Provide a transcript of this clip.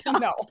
No